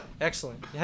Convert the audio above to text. excellent